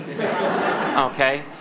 okay